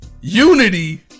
Unity